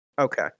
Okay